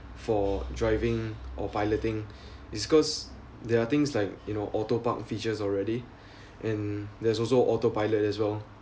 for driving or piloting is cause there are things like you know auto-park features already and there's also autopilot as well